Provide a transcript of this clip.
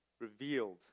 revealed